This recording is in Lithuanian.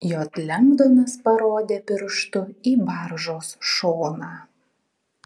j lengdonas parodė pirštu į baržos šoną